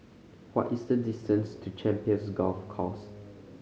what is the distance to Champions Golf Course